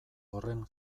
horren